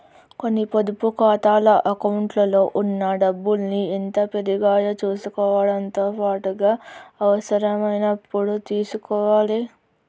కొన్ని పొదుపు ఖాతాల అకౌంట్లలో ఉన్న డబ్బుల్ని ఎంత పెరిగాయో చుసుకోవడంతో పాటుగా అవసరమైనప్పుడు తీసుకోవాలే